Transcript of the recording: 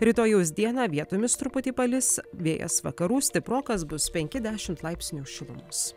rytojaus dieną vietomis truputį palis vėjas vakarų stiprokas bus penki dešimt laipsnių šilumos